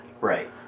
Right